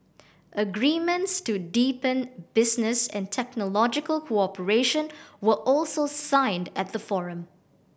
agreements to deepen business and technological cooperation were also signed at the forum